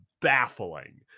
baffling